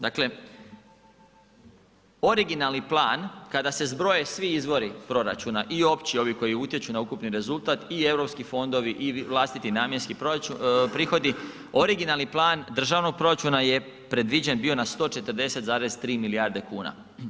Dakle, originalni plan kada se zbroje svi izvori proračuna i opći ovi koji utječu na ukupan rezultat i europski fondovi i vlastiti namjenski prihodi, originalni plan državnog proračuna je predviđen bio na 140,3 milijarde kuna.